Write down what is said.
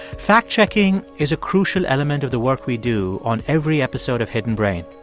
fact-checking is a crucial element of the work we do on every episode of hidden brain.